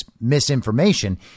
misinformation